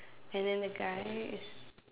and then the guy is